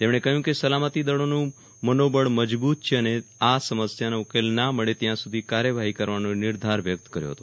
તેમણે કહ્યું સલામતીદળોનું મનોબળ મજબૂત છે અને આ સમસ્થાનો ઉકેલ ના મળે ત્યાં સુધી કાર્યવાહી કરવાનો નિર્ધાર વ્યક્ત કર્યો હતો